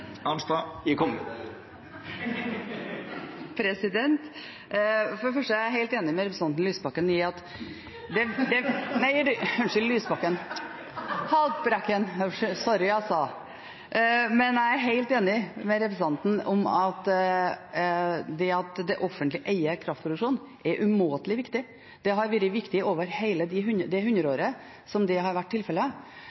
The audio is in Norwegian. For det første er jeg helt enig med representanten Lysbakken i at … Unnskyld, Lysbakken, Haltbrekken – sorry, altså. Men jeg er helt enig med representanten i at det at det offentlige eier kraftproduksjonen, er umåtelig viktig. Det har vært viktig over hele hundreåret som det